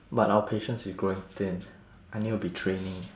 but our patience is growing thin I need to be training